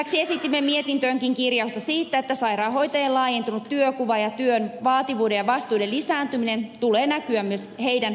lisäksi esitimme mietintöönkin kirjausta siitä että sairaanhoitajien laajentunut työnkuva ja työn vaativuuden ja vastuiden lisääntyminen tulee näkyä myös heidän palkkauksessaan